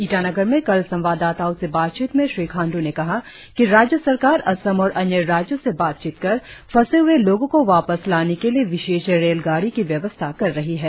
ईटानगर में कल संवाददाताओं से बातचीत में श्री खांडू ने कहा कि राज्य सरकार असम और अन्य राज्यों से बातचीत कर फंसे हए लोगों को वापस लाने के लिए विशेष रेलगाड़ी की व्यवस्था कर रही है